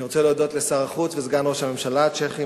אני רוצה להודות לשר החוץ וסגן ראש ממשלת צ'כיה,